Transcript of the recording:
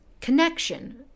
connection